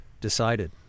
decided